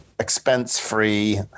expense-free